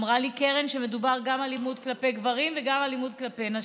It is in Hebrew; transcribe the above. אמרה לי קרן שמדובר גם על אלימות כלפי גברים וגם על אלימות כלפי נשים.